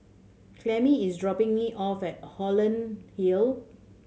Clemmie is dropping me off at Holland Hill